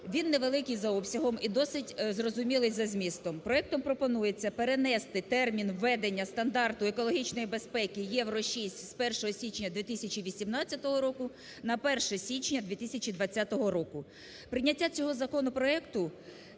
Він невеликий за обсягом і досить зрозумілий за змістом. Проектом пропонується перенести термін введення стандарту екологічної безпеки "Євро-6" з 1 січня 2018 року на 1 січня 2020 року. Прийняття цього законопроекту